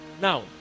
Now